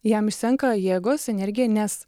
jam išsenka jėgos energija nes